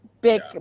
big